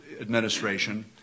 administration